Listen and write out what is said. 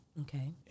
Okay